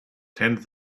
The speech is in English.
tend